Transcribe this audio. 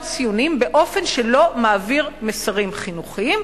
ציונים באופן שלא מעביר מסרים חינוכיים.